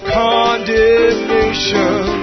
condemnation